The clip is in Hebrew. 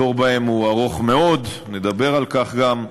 התור בהם הוא ארוך מאוד, נדבר גם על כך, ובסוף,